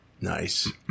Nice